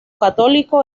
católico